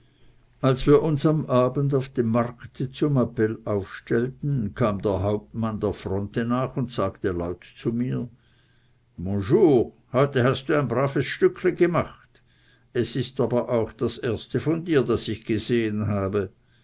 als wir uns am abend auf dem markte zum appell aufstellten kam der hauptmann die fronte hinunter und sagte laut zu mir bonjour heute hast du ein braves stückli gemacht es ist aber auch das erste von dir das ich gesehen habe